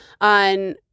on